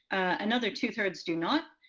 another two three do not.